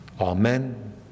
Amen